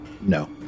no